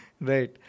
Right